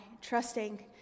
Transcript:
trusting